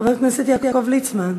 חבר הכנסת יעקב ליצמן,